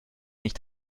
nicht